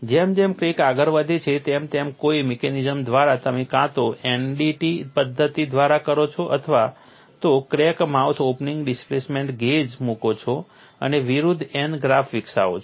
જેમ જેમ ક્રેક આગળ વધે છે તેમ તેમ કોઈ મિકેનિઝમ દ્વારા તમે કાં તો NDT પદ્ધતિ દ્વારા કરો છો અથવા તો crack mouth opening displacement gauge મૂકો છો અને વિરુદ્ધ N ગ્રાફ વિકસાવો છો